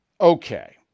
Okay